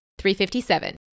357